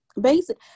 Basic